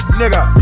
nigga